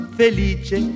felice